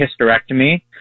hysterectomy